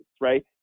right